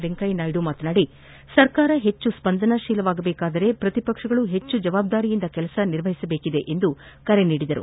ವೆಂಕಯ್ಯನಾಯ್ಡು ಮಾತನಾಡಿ ಸರ್ಕಾರ ಹೆಚ್ಚು ಸ್ಪಂದನಾಶೀಲವಾಗಬೇಕಾದರೆ ಪ್ರತಿಪಕ್ಷಗಳು ಹೆಚ್ಚು ಹೊಣೆಗಾರಿಕೆಯಿಂದ ಕೆಲಸ ನಿರ್ವಹಿಸಬೇಕಿದೆ ಎಂದು ಕರೆ ನೀಡಿದರು